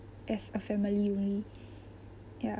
as a family only ya